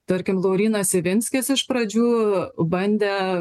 tarkim laurynas ivinskis iš pradžių bandė